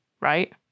right